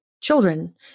children